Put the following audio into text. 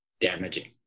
damaging